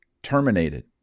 Terminated